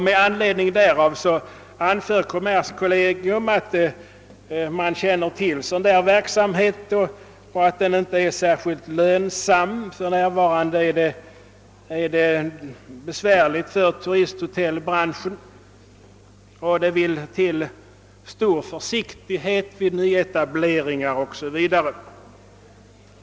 Med anledning därav anför kommerskollegium att kollegiet känner till att lönsamheten inom turisthotellbranschen för närvarande är dålig och att stor försiktighet måste iakttagas vid nyetableringar o.s.v.